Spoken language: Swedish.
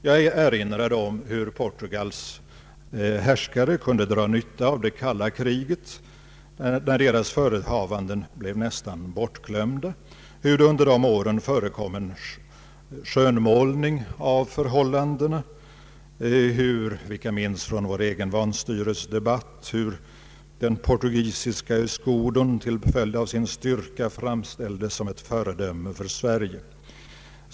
Jag erinrade om hur Portugals härskare kunde dra nytta av det kalla kriget, under vilket deras förehavanden blev nästan bortglömda, hur det under dessa år förekom en skönmålning av förhållandena, hur — vilket vi minns från vår egen vanstyresdebatt — den portugisiska escudon till följd av sin styrka framhölls som ett Ang. Sveriges utrikesoch handelspolitik föredöme för Sverige.